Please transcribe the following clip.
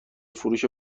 فروش